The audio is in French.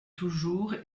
toujours